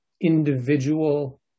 individual